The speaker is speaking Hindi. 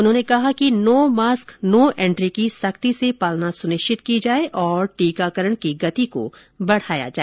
उन्होंने कहा कि नो मास्क नो एन्ट्री की सख्ती से पालना सुनिश्चित की जाए और टीकाकरण की गति को बढ़ाया जाए